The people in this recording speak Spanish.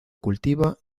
cultiva